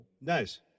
Nice